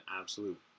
absolute